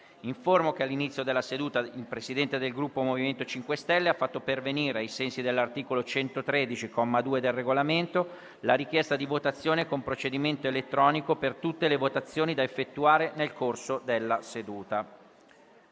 che all'inizio della seduta il Presidente del Gruppo MoVimento 5 Stelle ha fatto pervenire, ai sensi dell'articolo 113, comma 2, del Regolamento, la richiesta di votazione con procedimento elettronico per tutte le votazioni da effettuare nel corso della seduta.